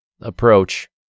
approach